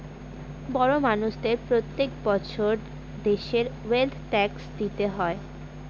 বড় মানষদের প্রত্যেক বছর দেশের ওয়েলথ ট্যাক্স দিতে হয়